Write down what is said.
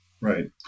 Right